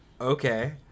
Okay